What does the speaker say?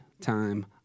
time